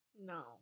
No